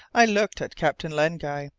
i looked at captain len guy.